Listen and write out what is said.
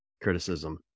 criticism